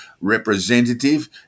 representative